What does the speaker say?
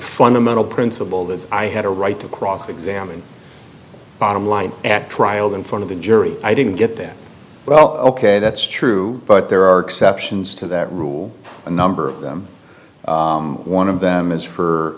fundamental principle that i had a right to cross examine bottom line at trial in front of the jury i didn't get that well ok that's true but there are exceptions to that rule a number of them one of them is for